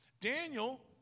Daniel